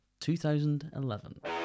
2011